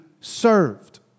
served